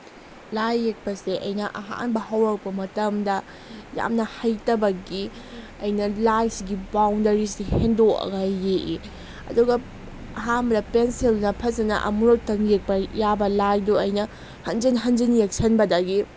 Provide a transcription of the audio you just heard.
ꯂꯥꯏ ꯌꯦꯛꯄꯁꯦ ꯑꯩꯅ ꯑꯍꯥꯟꯕ ꯍꯧꯔꯛꯄ ꯃꯇꯝꯗ ꯌꯥꯝꯅ ꯍꯩꯇꯕꯒꯤ ꯑꯩꯅ ꯂꯥꯏꯁꯤꯒꯤ ꯕꯥꯎꯟꯗꯔꯤꯁꯤ ꯍꯦꯟꯗꯣꯛꯑꯒ ꯌꯦꯛꯏ ꯑꯗꯨꯒ ꯑꯍꯥꯟꯕꯗ ꯄꯦꯟꯁꯤꯜꯅ ꯐꯖꯅ ꯑꯃꯨꯔꯛꯇꯪ ꯌꯦꯛꯄ ꯌꯥꯕ ꯂꯥꯏꯗꯣ ꯑꯩꯅ ꯍꯟꯖꯤꯟ ꯍꯟꯖꯤꯟ ꯌꯦꯛꯁꯤꯟꯕꯗꯒꯤ